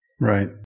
right